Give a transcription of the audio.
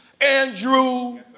Andrew